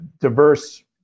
diverse